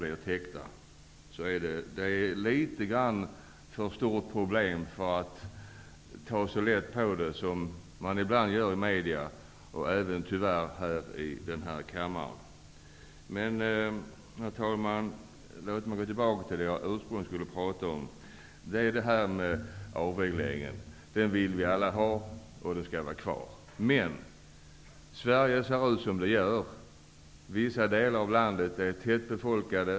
Problemet är litet för stort för att man skall ta så lätt på det som man ibland gör i media och tyvärr även här i denna kammare. Herr talman! Jag hade egentligen för avsikt att tala om avregleringen. Vi vill alla ha en avreglering, och den skall vara kvar. Sverige ser dock ut som det gör geografiskt. Vissa delar av landet är tätbefolkade.